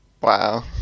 wow